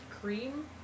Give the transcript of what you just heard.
cream